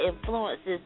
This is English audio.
influences